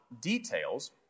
details